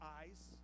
eyes